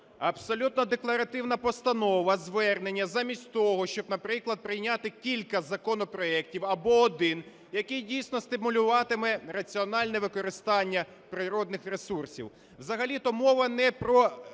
Абсолютно декларативна постанова, звернення, замість того щоб, наприклад, прийняти кілька законопроектів або один, який дійсно стимулюватиме раціональне використання природних ресурсів. Взагалі-то мова не про